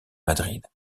madrid